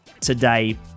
today